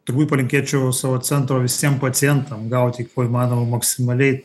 turbūt palinkėčiau savo centro visiem pacientam gauti kuo įmanoma maksimaliai